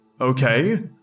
okay